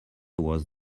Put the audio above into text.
was